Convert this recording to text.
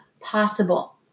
possible